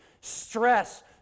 stress